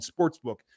sportsbook